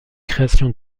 création